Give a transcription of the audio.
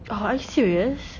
oh are you serious